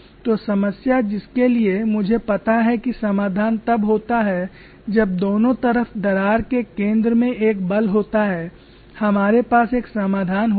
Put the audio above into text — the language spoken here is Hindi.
तो समस्या जिसके लिए मुझे पता है कि समाधान तब होता है जब दोनों तरफ दरार के केंद्र में एक बल होता है हमारे पास एक समाधान होता है